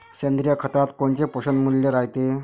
सेंद्रिय खतात कोनचे पोषनमूल्य रायते?